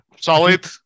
solid